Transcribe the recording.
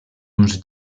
uns